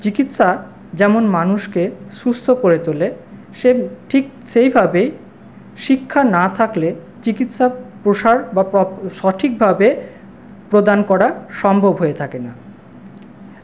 চিকিৎসা যেমন মানুষকে সুস্থ করে তোলে সে ঠিক সেইভাবেই শিক্ষা না থাকলে চিকিৎসার প্রসার বা পথ সঠিকভাবে প্রদান করা সম্ভব হয়ে থাকে না